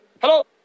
Hello